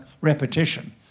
repetition